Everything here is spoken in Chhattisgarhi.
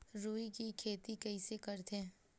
रुई के खेती कइसे करथे?